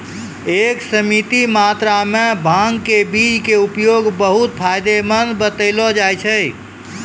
एक सीमित मात्रा मॅ भांग के बीज के उपयोग बहु्त फायदेमंद बतैलो जाय छै